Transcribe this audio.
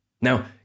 Now